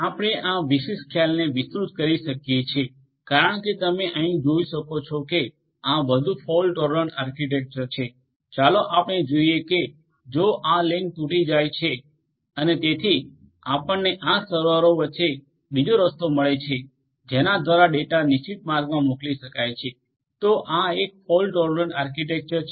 આપણે આ વિશિષ્ટ ખ્યાલને વિસ્તૃત કરી શકીએ છીએ કારણ કે તમે અહીં જોઈ શકો છો કે આ વધુ ફોલ્ટ ટોલરન્ટ આર્કિટેક્ચર છે ચાલો આપણે જોઈએ કે જો આ લિંક તૂટી જાય છે અને તેથી આપણને આ સર્વરો વચ્ચેનો બીજો રસ્તો મળે છે જેના દ્વારા ડેટા નિશ્ચિત માર્ગમાં મોકલી શકાય છે તો આ એક ફોલ્ટ ટોલરન્ટ આર્કિટેક્ચર છે